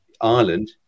Ireland